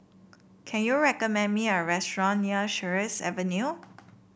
can you recommend me a restaurant near Sheares Avenue